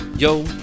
Yo